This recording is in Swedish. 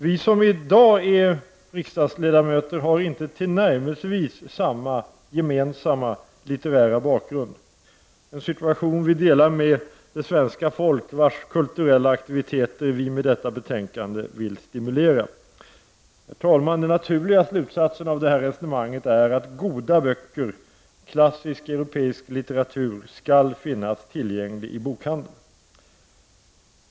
Vi som i dag är riksdagsledamöter har inte tillnärmelsevis samma gemensamma litterära bakgrund, en situation vi delar med det svenska folk vars kulturella aktiviteter vi med detta betänkande vill stimulera. Herr talman! Den naturliga slutsatsen av detta resonemang är att goda böcker, klassisk europeisk litteratur skall finnas tillgänglig i bokhandeln.